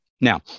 Now